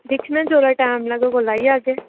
दिक्खने आं जेल्लै टैम लग्गग ओल्लै आई जाह्गे